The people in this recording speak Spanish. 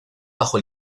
bajo